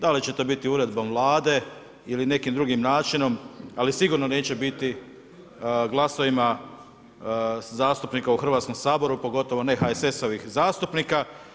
Da li će to biti uredbom vlade ili nekim drugim načinom, ali sigurno neće biti glasovima zastupnika u Hrvatskom saboru, pogotovo ne HSS-ovih zastupnika.